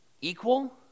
equal